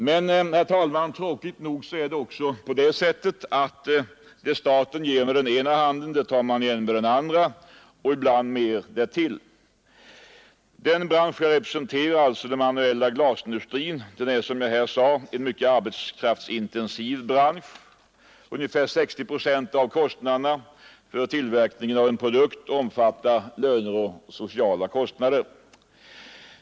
Men, herr talman, tråkigt nog är det också på det sättet att det staten ger med den ena handen tar man igen med den andra — och ibland mer därtill. Den bransch jag representerar, alltså den manuella glasindustrin, är som jag här sade mycket arbetskraftsintensiv. Ungefär 60 procent av kostnaderna för tillverkningen av en produkt omfattar löner och sociala kostnader.